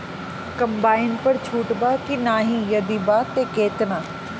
Combine पर छूट बा की नाहीं यदि बा त केतना?